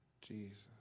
Jesus